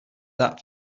that